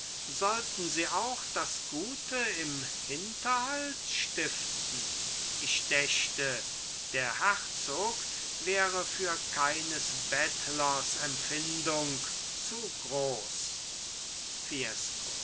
sollten sie auch das gute im hinterhalt stiften ich dächte der herzog wäre für keines bettlers empfindung zu groß fiesco